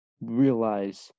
realize